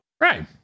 right